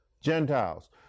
Gentiles